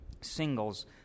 Singles